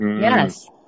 Yes